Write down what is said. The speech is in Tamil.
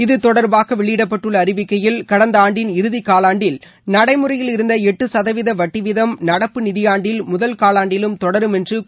இத்தொடர்பாக வெளியிடப்பட்டுள்ள அறிவிக்கையில் கடந்த ஆண்டின் இறுதி காலாண்டில் நடைமுறையில் இருந்த எட்டு சதவீத வட்டிவீதம் நடப்பு நிதியாண்டில் முதல் காவாண்டிலும் தொடரும் என்று குறிப்பிடப்பட்டுள்ளது